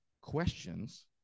questions